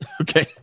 Okay